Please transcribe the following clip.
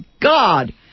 God